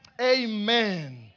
Amen